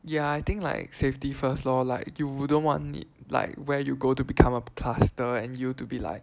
ya I think like safety first lor like you wouldn't want it like where you go to become a cluster and you to be like